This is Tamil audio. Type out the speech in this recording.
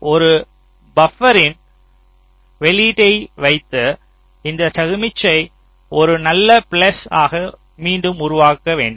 ஒரு பபரின் வெளியீட்டை வைத்து இந்த சமிக்ஞையை ஒரு நல்ல ப்ள்ஸ் ஆக மீண்டும் உருவாக்க வேண்டும்